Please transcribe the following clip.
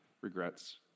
regrets